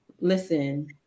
Listen